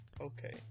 Okay